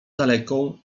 daleką